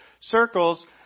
circles